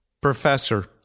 Professor